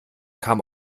kam